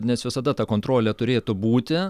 nes visada ta kontrolė turėtų būti